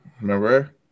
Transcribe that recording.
Remember